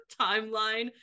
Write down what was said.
timeline